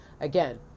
again